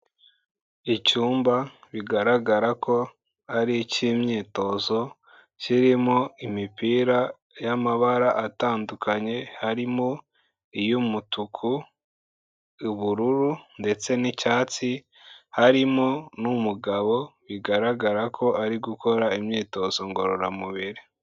Icyumba bigaragara ko ari ik'imyitozo, kirimo imipira y'amabara atandukanye, harimo iy'umutuku, ubururu ndetse n'icyatsi, harimo n'umugabo bigaragara ko ari gukora imyitozo ngororamubiri.